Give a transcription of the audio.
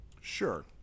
sure